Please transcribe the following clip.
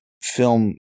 film